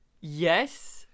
Yes